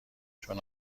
چون